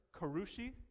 karushi